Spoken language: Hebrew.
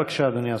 בבקשה, אדוני השר.